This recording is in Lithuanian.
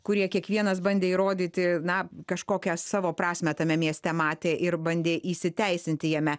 kurie kiekvienas bandė įrodyti na kažkokią savo prasmę tame mieste matė ir bandė įsiteisinti jame